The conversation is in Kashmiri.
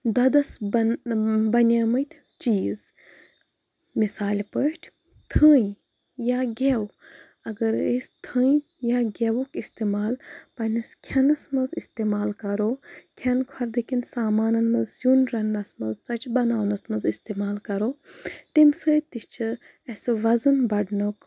دۄدَس بَن بَنیمٕتۍ چیٖز مِثالہِ پٲٹھۍ تھٔنۍ یا گٮ۪و اَگَر أسۍ تھٔنۍ یا گٮ۪وُک اِستعمال پنٛنِس کھٮ۪نَس منٛز اِستعمال کَرو کھٮ۪ن خۄردٕ کٮ۪ن سامانَن منٛز سیُن رنٛنَس منٛز ژۄچہِ بَناونَس منٛز اِستعمال کَرو تٔمۍ سۭتۍ تہِ چھِ اَسہِ وَزن بَڑنُک